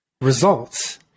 results